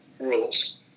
rules